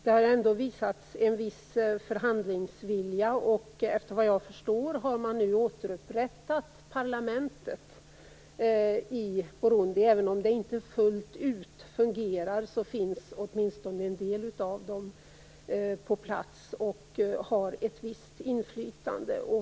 En viss förhandlingsvilja har ändå visats, och efter vad jag förstår har man nu återupprättat parlamentet i Burundi. Även om det inte fungerar fullt ut finns åtminstone en del av ledamöterna på plats, och de har ett visst inflytande.